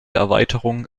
erweiterung